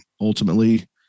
ultimately